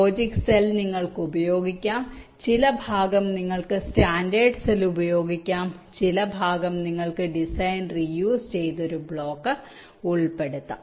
logic cell നിങ്ങൾക്ക് ഉപയോഗിക്കാം ചില ഭാഗം നിങ്ങൾക്ക് സ്റ്റാൻഡേർഡ് സെൽ ഉപയോഗിക്കാം ചില ഭാഗം നിങ്ങൾക്ക് ഡിസൈൻ റീയൂസ് ചെയ്ത് ഒരു ബ്ലോക്ക് ഉൾപ്പെടുത്താം